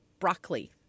broccoli